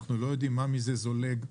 אנחנו לא יודעים מה מזה זולג,